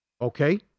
okay